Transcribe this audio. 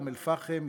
אום-אלפחם,